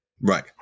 Right